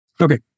Okay